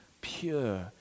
pure